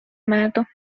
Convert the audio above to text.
مردم